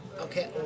Okay